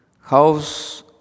House